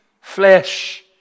flesh